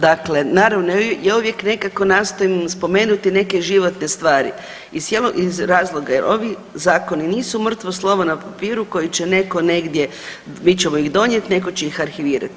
Dakle, naravno, ja uvijek nekako nastojim spomenuti neke životne stvari iz razloga jer ovi zakoni nisu mrtvo slovo na papiru koji će netko negdje, mi ćemo ih donijeti, netko će ih arhivirati.